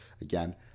Again